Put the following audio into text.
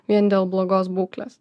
vien dėl blogos būklės